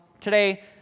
today